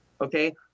Okay